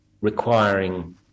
requiring